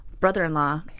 brother-in-law